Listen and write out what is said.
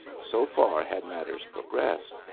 so far had matters progressed,